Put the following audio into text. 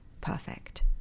perfect